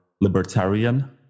libertarian